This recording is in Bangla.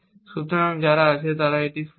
সুতরাং যারা আছে তারা এটি শুরু করে